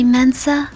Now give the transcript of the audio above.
Mensa